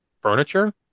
furniture